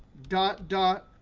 dot dot,